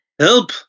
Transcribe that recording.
help